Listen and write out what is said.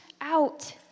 out